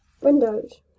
Windows